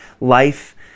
life